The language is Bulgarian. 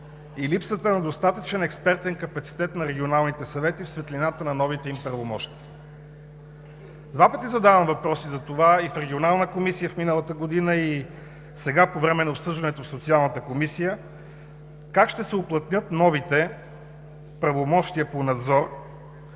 и липсата на достатъчен експертен капацитет на регионалните съвети в светлината на новите им правомощия. Два пъти задавам въпроси за това – и в Регионалната комисия миналата година, и сега по време на обсъждането в Социалната комисия: как ще се уплътнят новите правомощия по надзор